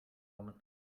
woman